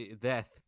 death